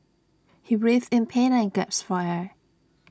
he writhed in pain and gasped for air